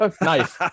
Nice